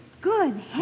Good